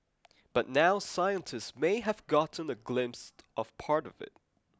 but now scientists may have gotten a glimpse of part of it